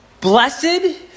blessed